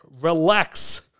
Relax